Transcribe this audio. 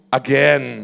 again